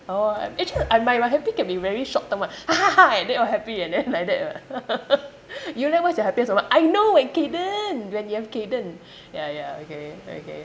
oh actually I my my happy can be very short term [one] ha ha ha and then all happy and then like that you leh what's your happiest moment I know when kayden when you have kayden ya ya okay okay